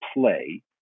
play